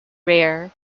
rare